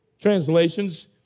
translations